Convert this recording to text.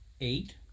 eight